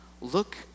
look